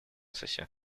сосед